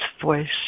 voice